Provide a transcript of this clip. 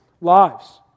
lives